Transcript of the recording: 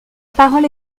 parole